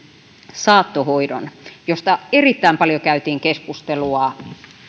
saattohoidon josta erittäin paljon käytiin keskustelua